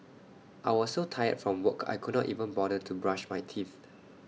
I was so tired from work I could not even bother to brush my teeth